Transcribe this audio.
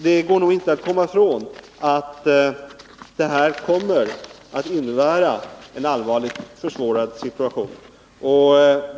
Det går nog inte att komma ifrån att det här beslutet kommer att innebära en allvarligt försvårad situation.